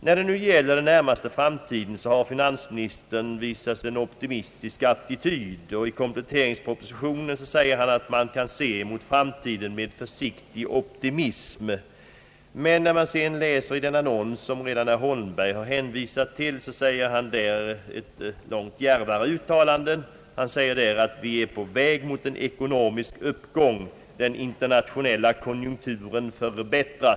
Beträffande den närmaste framtiden har finansministern visat en optimistisk attityd. I kompletteringspropositionen säger han att man kan se framtiden an med försiktig optimism. Men läser vi den annons som herr Holmberg tidigare har hänvisat till finner vi att finansministern där har gjort långt djärvare uttalanden. Där heter det att vi är på väg mot en ekonomisk uppgång, den internationella konjunkturen förbättras.